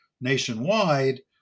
nationwide